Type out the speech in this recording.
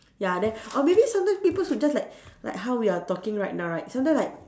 ya then or maybe sometimes people should just like like how we are talking right now right sometime like